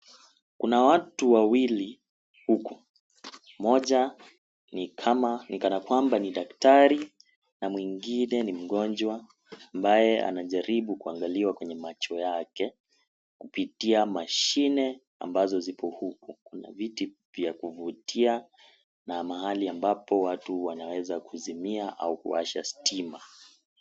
Kuna wawili huku. Mmoja ni kama ni kana kwamba ni daktari na mwingine ni mgonjwa ambaye anajaribu kuangaliwa kwenye macho yake kupitia mashine ambazo zipo huku. Kuna viti vya kuvutia na mahali ambapo watu wanaweza kuzimia au kuwasha stima.